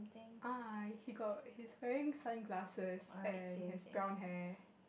uh he got he's wearing sunglasses and has brown hair